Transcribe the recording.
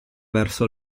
verso